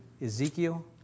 Ezekiel